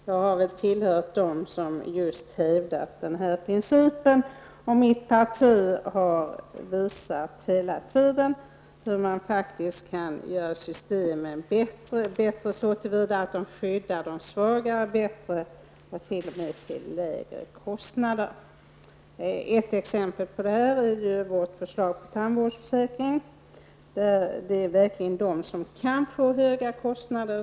Jag tillhör i högsta grad dem som hävdat den principen, och mitt parti har alltid visat hur man kan förbättra systemen så att man skyddar de svaga bättre och t.o.m. till lägre kostnader. Ett exempel på detta är vårt förslag till tandvårdsförsäkring. Det förslaget tillgodoser dem som verkligen drabbas av höga kostnader.